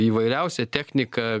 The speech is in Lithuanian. įvairiausią techniką